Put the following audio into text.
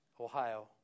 Ohio